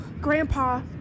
Grandpa